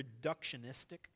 reductionistic